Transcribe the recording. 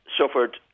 suffered